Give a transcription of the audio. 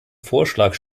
vorschlag